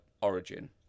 origin